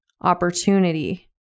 opportunity